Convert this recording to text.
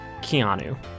Keanu